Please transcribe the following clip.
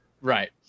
Right